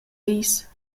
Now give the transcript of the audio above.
egls